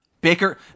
Baker